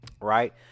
Right